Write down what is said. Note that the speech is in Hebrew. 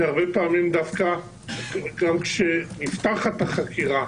הרבה פעמים דווקא גם כשנפתחת החקירה,